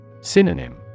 Synonym